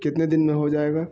کتنے دن میں ہو جائے گا